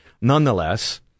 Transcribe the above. nonetheless